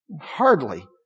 Hardly